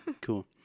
Cool